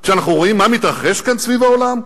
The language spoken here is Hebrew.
כשאנחנו רואים מה מתרחש כאן סביב העולם?